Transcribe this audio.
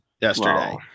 yesterday